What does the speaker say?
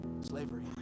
slavery